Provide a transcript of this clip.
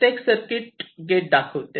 प्रत्येक circuit gate दाखविते